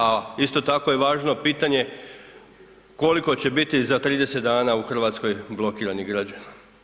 A isto tako je važno pitanje koliko će biti za 30 dana u RH blokiranih građana.